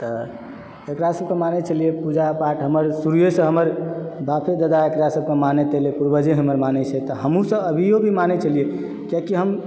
तऽ एकरा सबके मानै छलियै पूजा पाठ हमर शुरूवे सँ हमर बापे ददा एकरा सबके मानैत एलै पूर्वज हमरा मानै छै तऽ हमहुँ सब अभियो भी मानै छलियै कियाकि हम